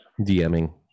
DMing